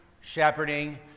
shepherding